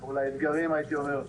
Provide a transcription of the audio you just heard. או לאתגרים הייתי אומר,